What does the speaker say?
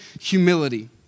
humility